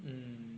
mm